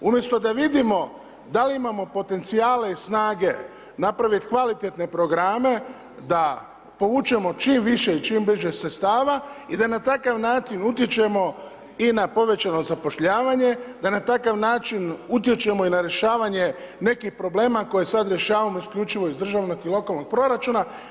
Umjesto da vidimo da li imamo potencijale i snage napraviti kvalitetne programe, da povučemo čim više i čim bliže sredstava i da na takav način utječemo i na povećano zapošljavanje, da na takav način utječemo i na rješavanje nekih problema koje sada rješavamo isključivo iz državnog i lokalnog proračuna.